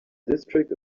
district